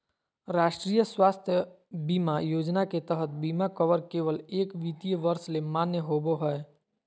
राष्ट्रीय स्वास्थ्य बीमा योजना के तहत बीमा कवर केवल एक वित्तीय वर्ष ले मान्य होबो हय